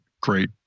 great